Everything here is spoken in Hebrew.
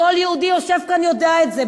כל יהודי שיושב כאן יודע את זה,